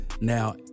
now